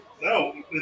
No